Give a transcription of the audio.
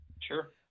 Sure